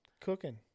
cooking